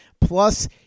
plus